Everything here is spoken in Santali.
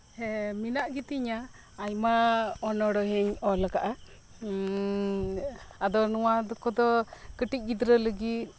ᱦᱮᱸ ᱢᱮᱱᱟᱜ ᱜᱤᱛᱤᱧᱟ ᱟᱭᱢᱟ ᱚᱱᱚᱬᱦᱮᱧ ᱚᱞ ᱟᱠᱟᱫᱼᱟ ᱟᱫᱚ ᱱᱚᱶᱟ ᱠᱚᱫᱚ ᱠᱟᱴᱤᱡ ᱜᱤᱫᱽᱨᱟᱹ ᱞᱟᱹᱜᱤᱫ